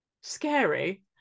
scary